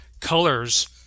colors